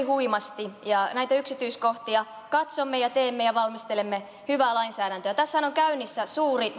huimasti näitä yksityiskohtia katsomme ja teemme ja valmistelemme hyvää lainsäädäntöä tässähän on käynnissä suuri